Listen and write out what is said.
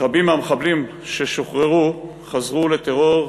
רבים מהמחבלים ששוחררו חזרו לטרור,